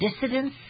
dissidents